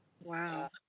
wow